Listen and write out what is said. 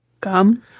Gum